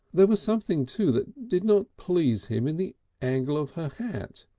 there was something too that did not please him in the angle of her hat,